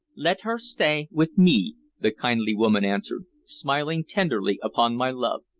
let her stay with me, the kindly woman answered, smiling tenderly upon my love.